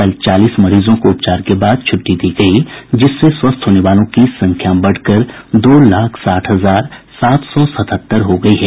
कल चालीस मरीजों को उपचार के बाद छुट्टी दी गयी जिससे स्वस्थ होने वालों की संख्या बढ़कर दो लाख साठ हजार सात सौ सतहत्तर हो गयी है